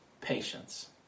patience